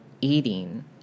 eating